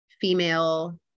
female